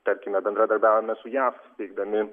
tarkime bendradarbiavome su jav steikdami